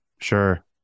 Sure